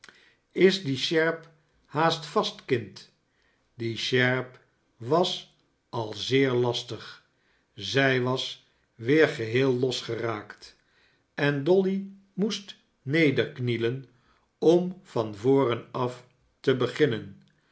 is die sjerp haast vast kind die sjerp was al zeer lastig zij was weer geheel losgeraakt en dolly moest nederknielen om van voren af te beginnen